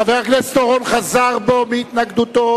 חבר הכנסת אורון חזר בו מהתנגדותו,